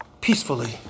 peacefully